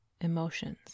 emotions